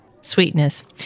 sweetness